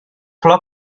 flor